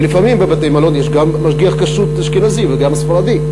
ולפעמים יש בבתי-מלון גם משגיח כשרות אשכנזי וגם ספרדי.